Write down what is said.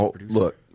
Look